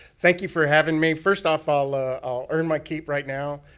thank you for having me. first off, i'll ah i'll earn my keep right now.